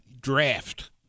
draft